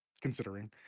considering